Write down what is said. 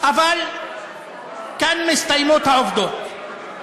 אבל כאן מסתיימות העובדות.